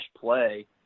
play